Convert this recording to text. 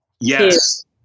Yes